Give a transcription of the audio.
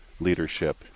leadership